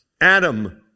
adam